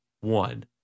One